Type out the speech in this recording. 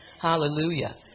Hallelujah